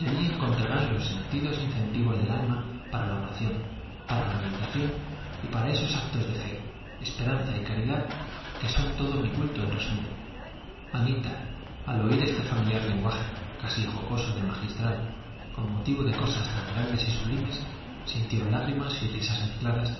allí encontrarán los sentidos incentivo del alma para la oración para la meditación y para esos actos de fe esperanza y caridad que son todo mi culto en resumen anita al oír este familiar lenguaje casi jocoso del magistral con motivo de cosas tan grandes y sublimes sintió lágrimas y risas mezcladas